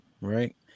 right